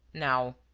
now,